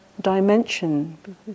dimension